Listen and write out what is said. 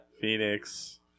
Phoenix